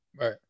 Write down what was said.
Right